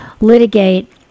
litigate